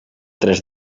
tres